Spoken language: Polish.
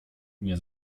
nie